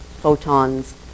photons